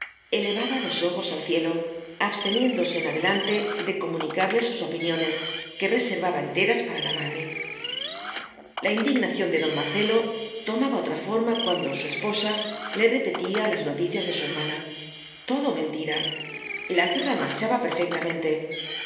elevaba los ojos al cielo absteniéndose en adelante de comunicarle sus opiniones que reservaba enteras para la madre la indignación de don marcelo tomaba otra forma cuando su esposa le repetía las noticias de su hermana todo mentira la guerra marchaba perfectamente